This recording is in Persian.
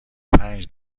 پنج